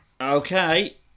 Okay